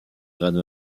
grande